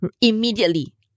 immediately